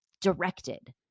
directed